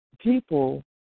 people –